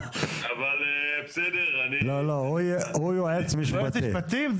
הוא יועץ משפטי.